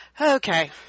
Okay